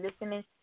listening